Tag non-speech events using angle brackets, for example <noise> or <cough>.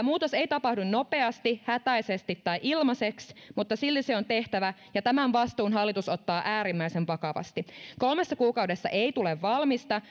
<unintelligible> muutos ei tapahdu nopeasti hätäisesti tai ilmaiseksi mutta silti se on tehtävä ja tämän vastuun hallitus ottaa äärimmäisen vakavasti kolmessa kuukaudessa ei tule valmista <unintelligible>